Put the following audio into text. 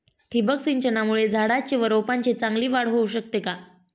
ठिबक सिंचनामुळे झाडाची व रोपांची चांगली वाढ होऊ शकते का?